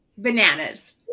Bananas